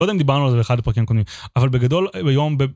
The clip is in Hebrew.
לא יודע אם דיברנו על זה באחד הפרקים הקודמים, אבל בגדול, ביום...